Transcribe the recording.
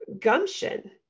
gumption